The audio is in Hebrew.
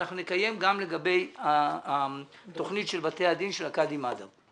נקיים גם לגבי התוכנית של בתי הדין של הקאדי מד'הב.